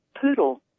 poodle